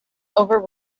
over